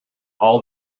all